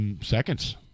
seconds